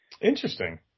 Interesting